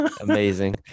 amazing